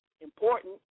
Important